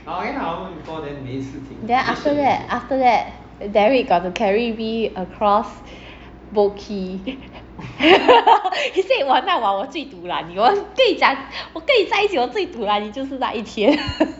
then after that after that derrick got to carry me across boat quay he say 玩啦我最 dulan 你我跟你讲我跟你在一起我最 dulan 你就是那一天